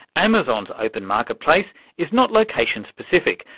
amazon's open market-place is not location specific.